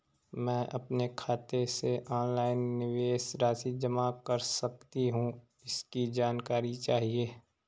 मैं अपने खाते से ऑनलाइन निवेश राशि जमा कर सकती हूँ इसकी जानकारी चाहिए?